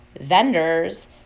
vendors